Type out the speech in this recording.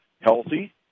healthy